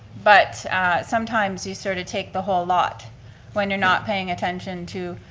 but sometimes do sort of take the whole lot when you're not paying attention to,